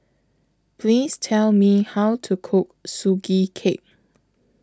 Please Tell Me How to Cook Sugee Cake